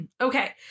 Okay